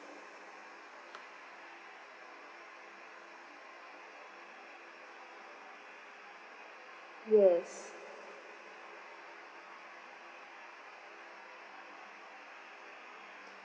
yes